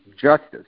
justice